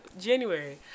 January